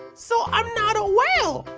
so i'm not a whale,